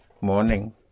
morning